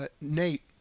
Nate